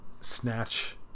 snatch